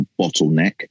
bottleneck